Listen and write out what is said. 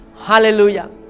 hallelujah